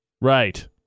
Right